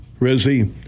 Rizzy